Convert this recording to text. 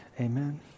Amen